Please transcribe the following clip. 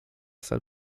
sal